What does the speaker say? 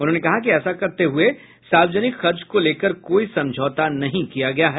उन्होंने कहा कि ऐसा करते हुए सार्वजनिक खर्च को लेकर कोई समझौता नहीं किया गया है